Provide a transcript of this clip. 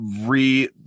re